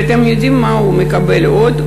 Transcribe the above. ואתם יודעים מה הוא מקבל עוד?